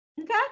okay